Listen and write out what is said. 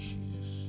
Jesus